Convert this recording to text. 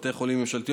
בבתי חולים ממשלתיים,